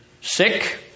sick